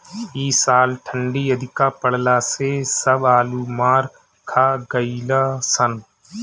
इ साल ठंडी अधिका पड़ला से सब आलू मार खा गइलअ सन